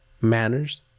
manners